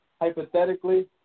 hypothetically